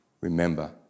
remember